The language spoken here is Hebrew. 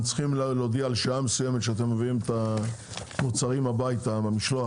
צריכים להודיע על שעה מסוימת שאתם מביאים את המוצרים הביתה במשלוח,